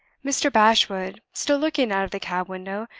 mr. bashwood, still looking out of the cab window,